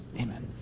amen